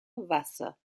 wasser